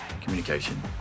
communication